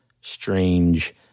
strange